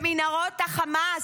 במנהרות חמאס,